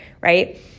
right